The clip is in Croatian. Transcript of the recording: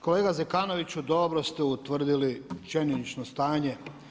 Kolega Zekanoviću dobro ste utvrdili činjenično stanje.